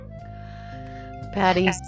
Patty